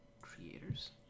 Creators